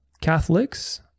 Catholics